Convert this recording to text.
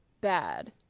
bad